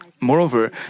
moreover